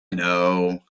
know